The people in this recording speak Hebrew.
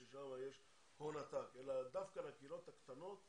ששם יש הון עתק אלא דווקא לקהילות הקטנות,